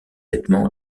vêtements